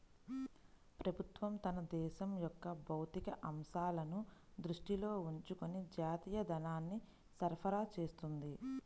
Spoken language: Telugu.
ప్రభుత్వం తన దేశం యొక్క భౌతిక అంశాలను దృష్టిలో ఉంచుకొని జాతీయ ధనాన్ని సరఫరా చేస్తుంది